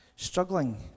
Struggling